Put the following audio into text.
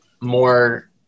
more